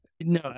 No